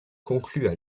concluent